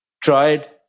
tried